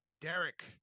Derek